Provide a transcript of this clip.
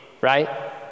right